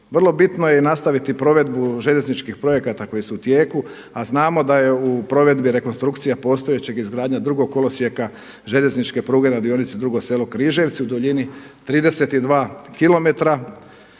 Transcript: Vrlo bitno je nastaviti provedbu željezničkih projekata koji su u tijeku, a znamo da je u provedbi rekonstrukcija postojećeg i izgradnja drugog kolosijeka željezničke pruge na dionici Dugo Selo-Križevci u duljini 32km.